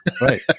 Right